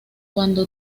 cuando